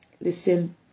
Listen